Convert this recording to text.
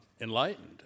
enlightened